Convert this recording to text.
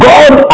God